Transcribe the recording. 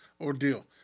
ordeal